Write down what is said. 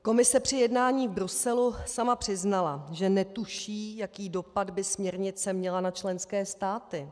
Komise při jednání v Bruselu sama přiznala, že netuší, jaký dopad by směrnice měla na členské státy.